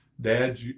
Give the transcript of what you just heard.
Dad